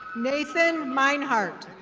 nathan mineheart.